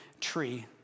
tree